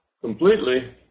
completely